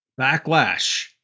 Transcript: backlash